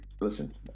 listen